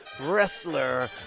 wrestler